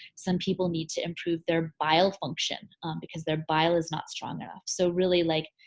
some people need to improve their bile function because their bile is not strong enough. so really like